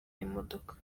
imodoka